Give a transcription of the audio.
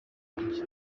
wanjye